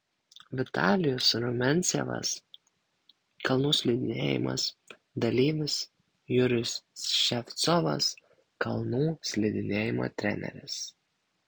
vitalijus rumiancevas kalnų slidinėjimas dalyvis jurijus ševcovas kalnų slidinėjimo treneris